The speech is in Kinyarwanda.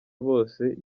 bose